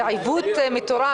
זה עיוות מטורף.